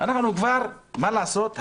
מה לעשות,